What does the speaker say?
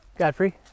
Godfrey